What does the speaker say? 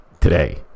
today